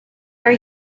are